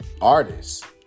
artists